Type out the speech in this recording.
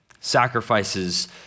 sacrifices